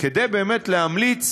כדי להמליץ